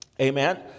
Amen